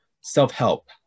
self-help